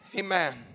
amen